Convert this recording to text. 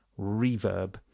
reverb